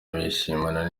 bishimana